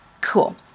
Cool